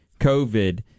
covid